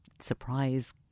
surprise